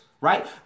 right